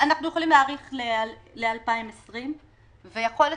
אנחנו יכולים להאריך ל-2020 ויכול להיות